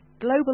global